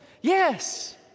Yes